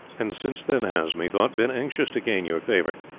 and since then has, methought, been anxious to gain your favour,